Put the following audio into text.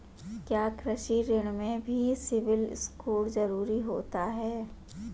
क्या कृषि ऋण में भी सिबिल स्कोर जरूरी होता है?